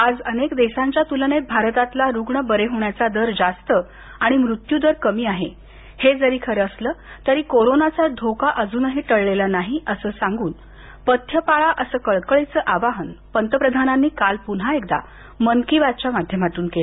आज अनेक देशांच्या तुलनेत भारतातला रुग्ण बरे होण्याचा दर जास्त आणि मृत्यू दर कमी आहे हे जरी खरं असलं तरी कोरोनाचा धोका अजूनही टळलेला नाही अस सांगून पथ्य पाळा असं कळकळीचं आवाहन पंतप्रधानांनी आज पुन्हा एकदा मन की बातच्या माध्यमातून केलं